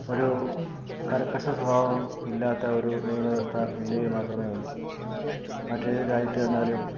ഒരു കര്ക്കശ സ്വഭാവം ഇല്ലാത്ത ഒരു നിയമവ്യവസ്ഥ ഇന്ത്യയില് മാത്രമേ ഉള്ളൂ മറ്റേത് രാജ്യത്തു ചെന്നാലും